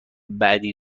بعدی